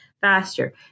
faster